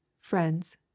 friends